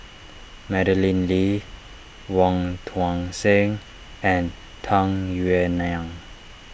Madeleine Lee Wong Tuang Seng and Tung Yue Nang